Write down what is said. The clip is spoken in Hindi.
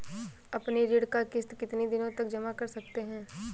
अपनी ऋण का किश्त कितनी दिनों तक जमा कर सकते हैं?